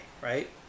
right